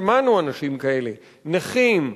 שמענו אנשים כאלה: נכים,